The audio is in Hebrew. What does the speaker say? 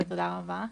תודה רבה.